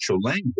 language